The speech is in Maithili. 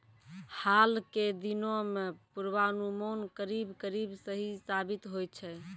हाल के दिनों मॅ पुर्वानुमान करीब करीब सही साबित होय छै